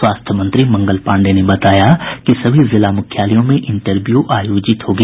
स्वास्थ्य मंत्री मंगल पांडेय ने बताया कि सभी जिला मुख्यालयों में इंटरव्यू आयोजित की जायेगी